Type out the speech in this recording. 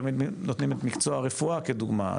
תמיד נותנים את מקצוע הרפואה כדוגמה.